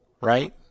right